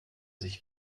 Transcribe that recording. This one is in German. sich